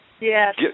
Yes